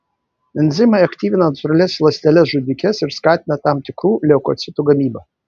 enzimai aktyvina natūralias ląsteles žudikes ir skatina tam tikrų leukocitų gamybą